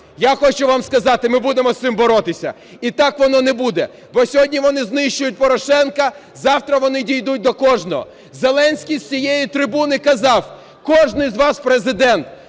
Я хочу вам сказати, ми будемо з цим боротися. І так воно не буде, бо сьогодні вони знищують Порошенка, завтра вони дійдуть до кожного. Зеленський з цієї трибуни казав: "Кожний із вас Президент".